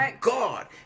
God